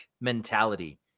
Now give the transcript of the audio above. mentality